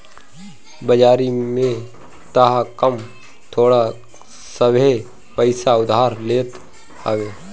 बाजारी में तअ कम थोड़ सभे पईसा उधार लेत हवे